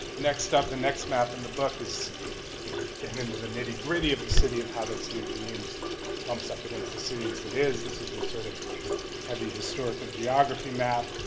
next up, the next map in the book is getting into the nitty-gritty of the city of how that city of dreams bumps up against the city as it is. this is the sort of heavy historical geography map